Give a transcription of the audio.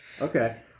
Okay